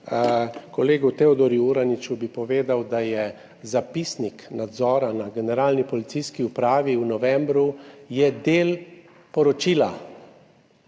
kolegu Teodorju Uraniču bi povedal, da je zapisnik nadzora na Generalni policijski upravi v novembru del poročila.